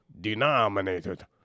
denominated